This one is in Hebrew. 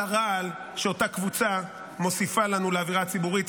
הרעל שאותה קבוצה מוסיפה לנו לאווירה הציבורית.